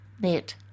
net